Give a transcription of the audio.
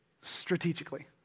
strategically